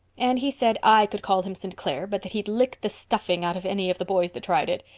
and he said i could call him st. clair but that he'd lick the stuffing out of any of the boys that tried it.